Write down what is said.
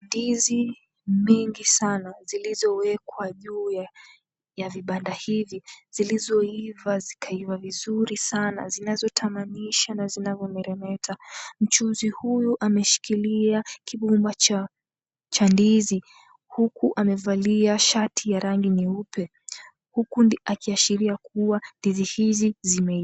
Ndizi mingi saana zilizowekwa juu ya vibanda hivi zilizoiva zikaiva vizuri saana zizotamanisha na zinavyomeremeta. Mchuzi huyu ameshikilia kigumba cha ndizi huku amevalia shati ya rangi nyeupe huku akiashiria kuwa ndizi hizi zimeiva